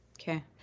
Okay